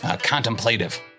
contemplative